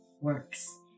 works